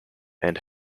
and